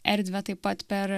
erdvę taip pat per